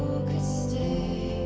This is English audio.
stay?